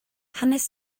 hanes